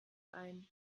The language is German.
ein